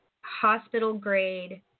hospital-grade